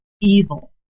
evil